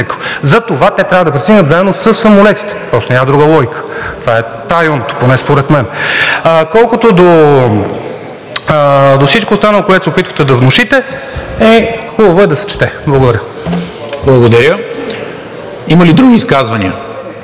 Затова те трябва да пристигнат заедно със самолетите, просто няма друга логика. Това е правилното поне според мен. Колкото до всичко останало, което се опитвате да внушите, хубаво е да се чете. Благодаря. ПРЕДСЕДАТЕЛ НИКОЛА МИНЧЕВ: Благодаря. Има ли други изказвания?